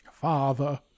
Father